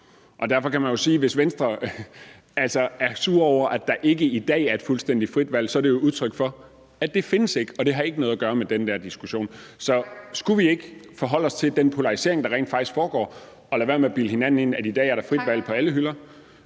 og derfor kan man jo sige, at hvis Venstre er sure over, at der ikke i dag er et fuldstændig frit valg, er det et udtryk for, at det ikke findes, og det har ikke noget at gøre med den der diskussion. Så skulle vi ikke forholde os til den polarisering, der rent faktisk foregår, og lade være med at bilde hinanden ind, at der i dag er frit valg på alle hylder?